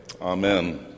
Amen